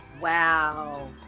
Wow